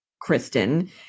Kristen